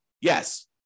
Yes